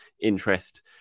interest